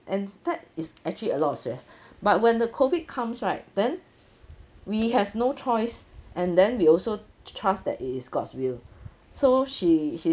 and that is actually a lot of stress but when the COVID comes right then we have no choice and then we also t~ trust that it is god's will so she she